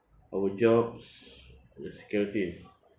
our jobs uh security